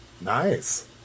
Nice